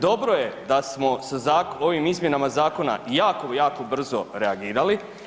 Dobro je da smo sa ovim izmjenama zakona jako, jako brzo reagirali.